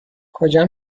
کجا